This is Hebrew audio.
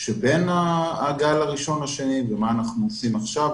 שבין הגל הראשון לשני ומה אנחנו עושים עכשיו.